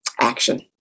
Action